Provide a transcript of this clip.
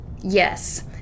Yes